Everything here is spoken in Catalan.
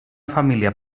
família